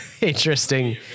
interesting